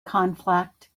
conflict